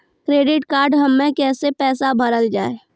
Credit card हम्मे कैसे पैसा भरल जाए?